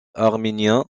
arménien